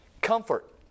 Comfort